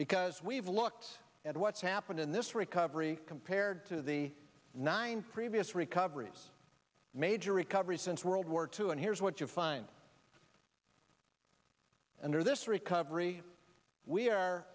because we've looked at what's happened in this recovery compared to the nine previous recoveries major recovery since world war two and here's what you find and or this recovery we are